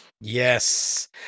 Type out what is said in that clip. Yes